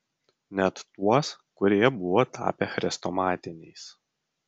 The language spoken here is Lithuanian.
net tuos kurie buvo tapę chrestomatiniais